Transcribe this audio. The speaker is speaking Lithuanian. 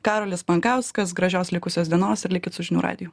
karolis pankauskas gražios likusios dienos ir likit su žinių radiju